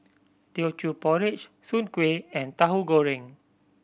Teochew Porridge soon kway and Tahu Goreng